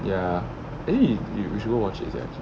ya eh you you should go watch it sia